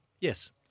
Yes